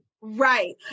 Right